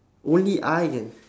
only I can